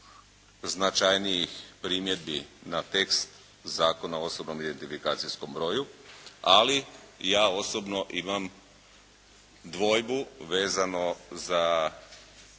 značajnih primjedbi na tekst Zakona o osobnom identifikacijskom broju ali ja osobno imam dvojbu vezano za